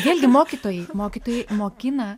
vėlgi mokytojai mokytojai mokina